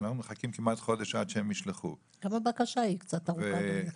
אנחנו מחכים כמעט חודש עד שהם ישלחו --- גם הבקשה היא קצת ארוכה חודש.